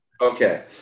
Okay